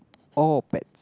or pets